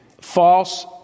false